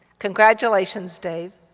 congratulations, dave.